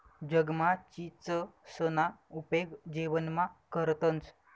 जगमा चीचसना उपेग जेवणमा करतंस